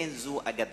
אין זו אגדה".